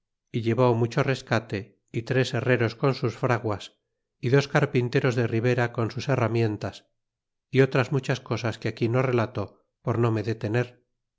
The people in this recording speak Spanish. y llevó mucho rescate y tres herreros con sus fraguas y dos carpinteros de ribera con sus herramientas y otras muchas cosas que aquí no relato por no me detener